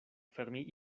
fermi